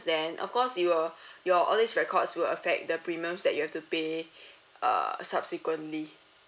then of course it will your all these records will affect the premiums that you have to pay err subsequently